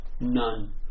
None